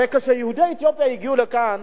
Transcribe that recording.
הרי כשיהודי אתיופיה הגיעו לכאן,